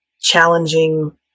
challenging